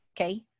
Okay